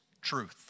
truth